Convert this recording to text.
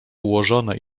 ułożone